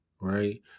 right